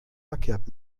verkehrt